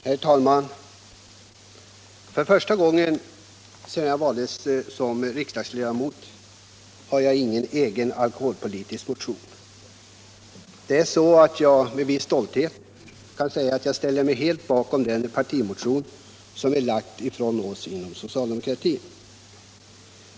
Herr talman! För första gången sedan jag valdes till riksdagsledamot har jag ingen egen alkoholpolitisk motion. Det är så att jag med viss stolthet ställer mig helt bakom den partimotion som är lagd från oss socialdemokrater.